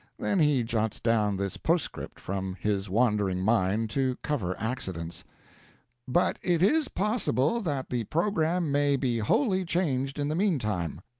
then he jots down this postscript from his wandering mind, to cover accidents but it is possible that the program may be wholly changed in the mean time.